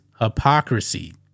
hypocrisy